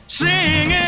singing